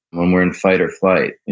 when we're in fight or flight.